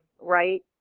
right